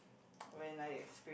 when I experience